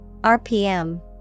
RPM